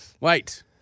Wait